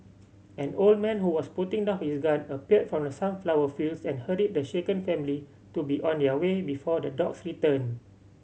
an old man who was putting down his gun appeared from the sunflower fields and hurried the shaken family to be on their way before the dogs return